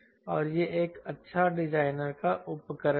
और यह एक अच्छा डिजाइनर का उपकरण है